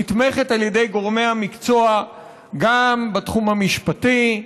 הנתמכת על ידי גורמי המקצוע גם בתחום המשפטי,